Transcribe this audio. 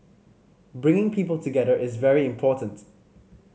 bringing people together is very important